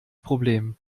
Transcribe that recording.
problem